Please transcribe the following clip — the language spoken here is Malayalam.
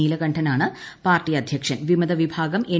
നീലകണ്ഠനാണ് പാർട്ടി ൽധ്യക്ഷൻ വിമത വിഭാഗം എൻ